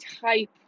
type